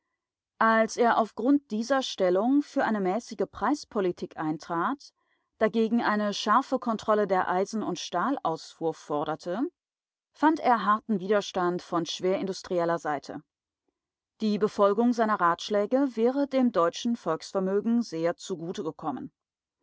als er auf grund dieser stellung für eine mäßige preispolitik eintrat dagegen eine scharfe kontrolle der eisen und stahlausfuhr forderte fand er harten widerstand von schwerindustrieller seite die befolgung seiner ratschläge wäre dem deutschen volksvermögen sehr zugute gekommen